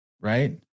right